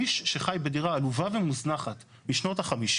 איש שחי בדירה עלובה ומוזנחת משנות ה-50.